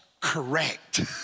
correct